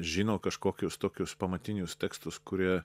žino kažkokius tokius pamatinius tekstus kurie